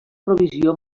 provisió